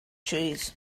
trees